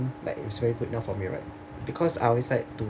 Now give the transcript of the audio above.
that is good enough for me right because I always like to